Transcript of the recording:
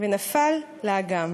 ונפל לאגם.